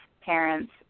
parents